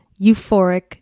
euphoric